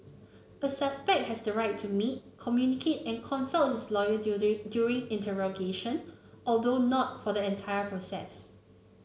a suspect has the right to meet communicate and consult his lawyer during during interrogation although not for the entire process